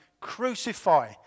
Crucify